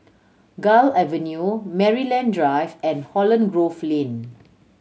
Gul Avenue Maryland Drive and Holland Grove Lane